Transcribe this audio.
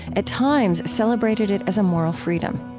at times celebrated it as a moral freedom.